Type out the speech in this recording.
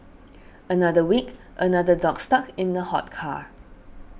another week another dog stuck in a hot car